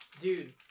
dude